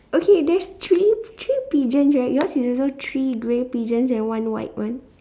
okay there's three three pigeons right yours is also three grey pigeons and one white one